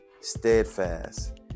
steadfast